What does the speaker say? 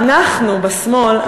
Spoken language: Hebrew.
אנחנו בשמאל,